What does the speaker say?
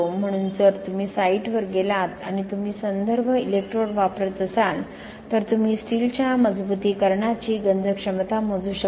म्हणून जर तुम्ही साइटवर गेलात आणि तुम्ही संदर्भ इलेक्ट्रोड वापरत असाल तर तुम्ही स्टीलच्या मजबुतीकरणाची गंज क्षमता मोजू शकता